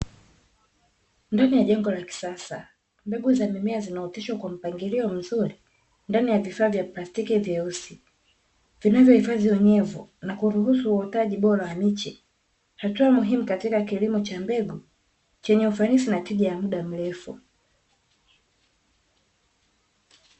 Ndani ya jengo la kisasa, mbegu za mimea zinaoteshwa kwa mpangilio mzuri ndani ya vifaa vya plastiki vyeusi, vinavyohifadhi unyevu na kuruhusu uotaji bora wa miche, hatua muhimu katika kilimo cha mbegu chenye ufanisi na tija ya muda mrefu.